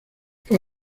fue